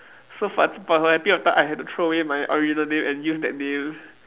so for for a period of the time I had to throw away my original name and use that name